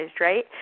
right